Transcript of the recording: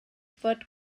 fod